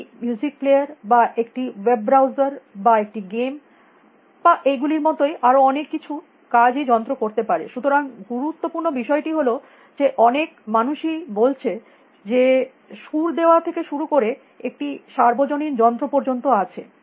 একটি music player বা একটি ওয়েব ব্রাউজার বা একটি গেম বা এই গুলির মতই আরো অনেক কিছু কাজই যন্ত্র করতে পারে সুতরাং গুরুত্বপূর্ণ বিষয়টি হল যে অনেক মানুষই বলেছে যে সুর দেওয়া থেকে শুরু করে একটি সার্বজনীন যন্ত্র পর্যন্ত আছে